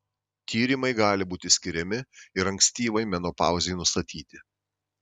tyrimai gali būti skiriami ir ankstyvai menopauzei nustatyti